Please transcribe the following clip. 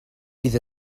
fydd